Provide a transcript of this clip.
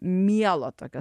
mielo tokio